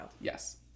Yes